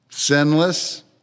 Sinless